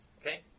Okay